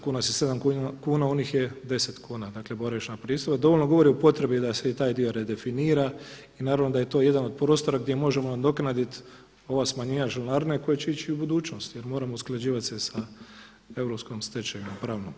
Kod nas je 7 kuna u njih je 10 kuna boravišna pristojba i dovoljno govori o potrebi da se i taj dio redefinira i naravno da je to jedan od prostora gdje možemo nadoknaditi ova smanjenja članarine koja će ići u budućnosti jer moramo se usklađivati sa europskom pravnom stečevinom.